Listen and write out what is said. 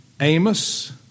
Amos